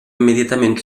immediatament